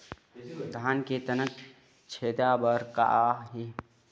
धान के तनक छेदा बर का हे?